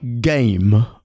Game